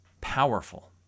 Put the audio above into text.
powerful